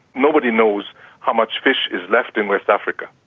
nobody knows how much fish is left in west africa.